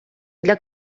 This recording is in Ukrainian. для